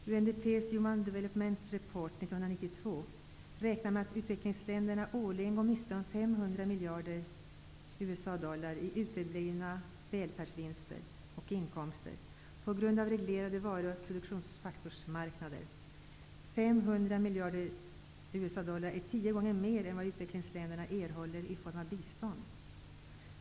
I UNDP:s Human Development Report 1992 räknar man med att utvecklingsländerna årligen går miste om 500 dollar är tio gånger mer än vad utvecklingsländerna erhåller i form av bistånd.